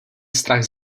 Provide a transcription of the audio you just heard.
strach